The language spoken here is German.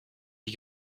die